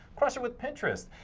crush it with pinterest.